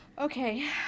Okay